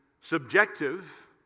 subjective